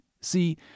See